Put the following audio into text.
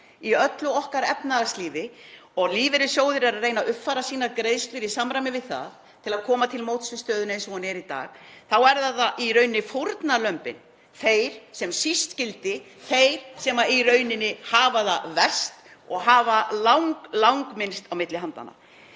í öllu okkar efnahagslífi og lífeyrissjóðir eru að reyna að uppfæra sínar greiðslur í samræmi við það til að koma til móts við stöðuna eins og hún er í dag þá eru það í rauninni fórnarlömbin, þeir sem síst skyldi, sem hafa það verst og hafa langminnst á milli handanna.